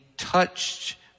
touched